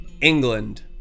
England